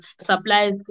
supplies